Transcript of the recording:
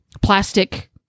plastic